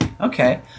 okay